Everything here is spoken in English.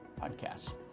podcasts